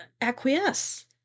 acquiesce